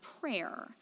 prayer